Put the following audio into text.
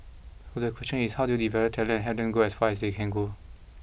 so the question is how do you develop talent and have them go as far as they can go